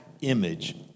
Image